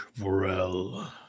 Vorel